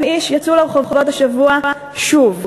10,000 איש יצאו לרחובות השבוע שוב.